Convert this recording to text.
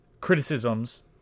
criticisms